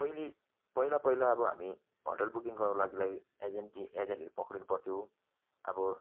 पहिला पहिला पहिला अब हामी होटल बुकिङ गर्नुको लागिलाई एजेन्ट एजेन्टहरू पक्रिनु पर्थ्यो अब